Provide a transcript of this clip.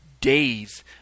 days